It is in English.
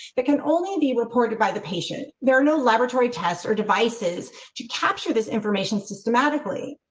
that can only and be reported by the patient. there are no laboratory tests or devices to capture this information systematically.